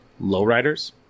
Lowriders